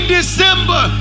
December